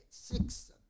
six